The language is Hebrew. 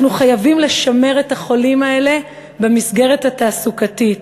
אנחנו חייבים לשמר את החולים האלה במסגרת התעסוקתית.